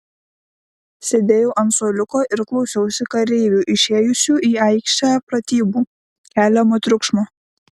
sėdėjau ant suoliuko ir klausiausi kareivių išėjusių į aikštę pratybų keliamo triukšmo